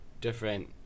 different